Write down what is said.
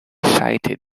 sighted